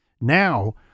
Now